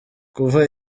kuva